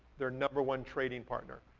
their number one trading partner.